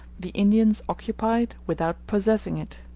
the indians occupied without possessing it.